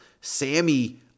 Sammy